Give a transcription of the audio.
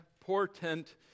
portent